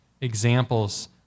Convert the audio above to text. examples